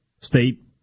State